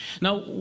Now